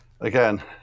again